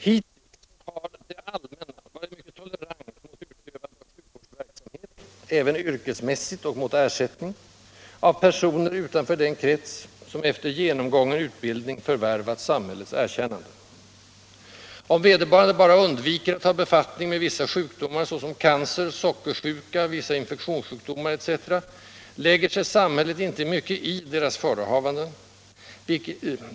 Hittills har ”det allmänna” varit mycket tolerant mot utövande av sjukvårdsverksamhet — även yrkesmässigt och mot ersättning — av personer utanför den krets som efter genomgången utbildning förvärvat samhällets erkännande. Om vederbörande bara undviker att ta befattning med vissa sjukdomar, såsom cancer, sockersjuka och vissa infektions sjukdomar m.m., lägger sig samhället inte mycket i deras förehavanden.